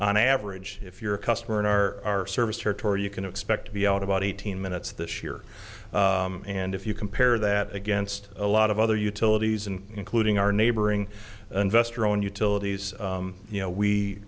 on average if you're a customer in our service territory you can expect to be out about eighteen minutes this year and if you compare that against a lot of other utilities and including our neighboring investor owned utilities you know we